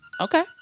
Okay